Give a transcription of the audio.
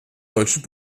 deutschen